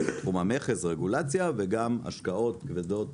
בתחום המכס רגולציה וגם השקעות כבדות